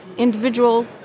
Individual